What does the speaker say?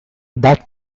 that